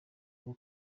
rwo